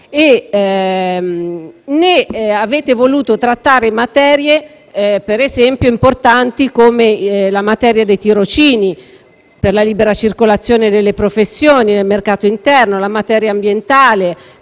né avete voluto trattare materie importanti, come ad esempio i tirocini per la libera circolazione delle professioni nel mercato interno, la materia ambientale